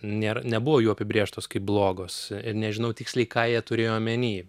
nėra nebuvo jų apibrėžtos kaip blogos ir nežinau tiksliai ką jie turėjo omeny